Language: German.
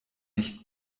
nicht